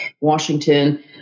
Washington